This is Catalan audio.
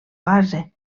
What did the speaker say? base